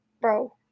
Bro